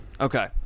Okay